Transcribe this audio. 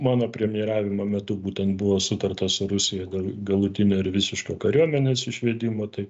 mano premjeravimo metu būtent buvo sutarta su rusija dėl galutinio ir visiško kariuomenės išvedimo tai